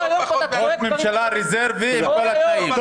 ראש ממשלה רזרבי עם כל התנאים,